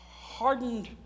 hardened